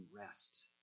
rest